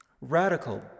Radical